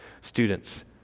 Students